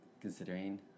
considering